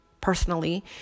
personally